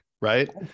right